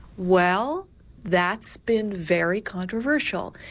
well that's been very controversial.